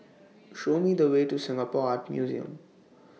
Show Me The Way to Singapore Art Museum